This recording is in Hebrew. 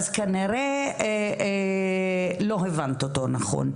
אז כנראה לא הבנת אותו נכון.